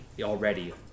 already